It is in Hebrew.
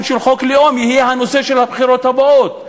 של חוק לאום יהיה הנושא של הבחירות הבאות.